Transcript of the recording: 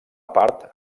part